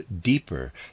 deeper